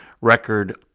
record